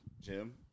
Jim